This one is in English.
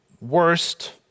worst